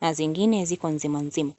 na zengine ziko nzima nzima.